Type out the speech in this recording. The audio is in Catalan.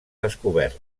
descobert